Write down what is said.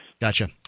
Gotcha